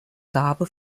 gabe